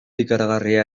ikaragarria